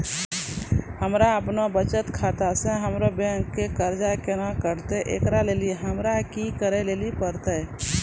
हमरा आपनौ बचत खाता से हमरौ बैंक के कर्जा केना कटतै ऐकरा लेली हमरा कि करै लेली परतै?